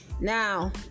Now